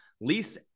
lease